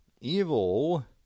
Evil